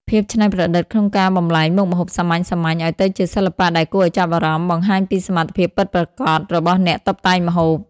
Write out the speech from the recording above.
ភាពច្នៃប្រឌិតក្នុងការបំប្លែងមុខម្ហូបសាមញ្ញៗឱ្យទៅជាសិល្បៈដែលគួរឱ្យចាប់អារម្មណ៍ បង្ហាញពីសមត្ថភាពពិតប្រាកដរបស់អ្នកតុបតែងម្ហូប។